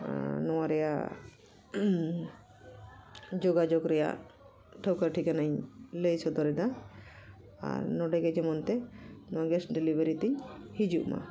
ᱟᱨ ᱱᱚᱣᱟ ᱨᱮᱱᱟᱜ ᱡᱳᱜᱟᱡᱳᱜᱽ ᱨᱮᱱᱟᱜ ᱴᱷᱟᱹᱣᱠᱟᱹ ᱴᱷᱤᱠᱟᱹᱱᱟᱧ ᱞᱟᱹᱭ ᱥᱚᱫᱚᱨᱮᱫᱟ ᱟᱨ ᱱᱚᱰᱮᱜᱮ ᱡᱮᱢᱚᱱᱛᱮ ᱱᱚᱣᱟ ᱜᱮᱥ ᱰᱮᱞᱤᱵᱷᱟᱨᱤ ᱛᱤᱧ ᱦᱤᱡᱩᱜ ᱢᱟ